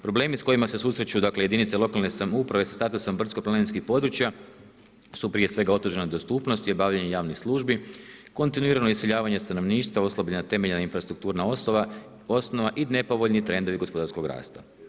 Problemi s kojima se susreću dakle jedinice lokalne samouprave sa statusom brdsko-planinskih područja su prije svega otežana dostupnost i obavljanje javnih službi, kontinuiranje iseljavanje stanovništva, oslabljena temeljna infrastrukturna osnova i nepovoljni trendovi gospodarskog rasta.